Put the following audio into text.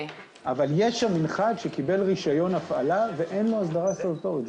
אבל יש שם מנחת שקיבל רישיון הפעלה ואין לו הסדרה סטטוטורית,